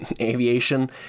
aviation